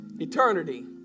Eternity